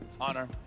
honor